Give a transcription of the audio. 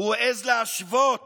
הוא העז להשוות